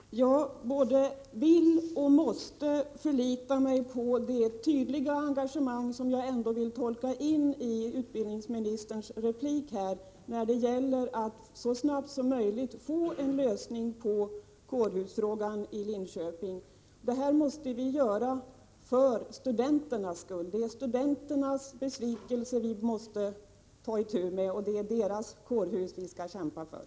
Herr talman! Jag både vill och måste förlita mig på det tydliga engagemang för att så snart som möjligt få en lösning på kårhusfrågan i Linköping som jag tolkar in i utbildningsministerns replik. Detta måste vi göra för studenternas skull. Det är studenternas besvikelse vi måste ta itu med. Det är deras kårhus vi skall kämpa för.